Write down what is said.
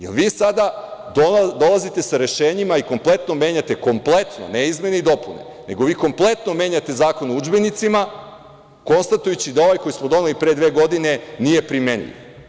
Da li vi sada dolazite sa rešenjima i kompletno menjate, ne izmene i dopune, nego kompletno menjate Zakon o udžbenicima, konstatujući da ovaj koji smo doneli pre dve godine nije primenjiv.